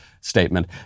statement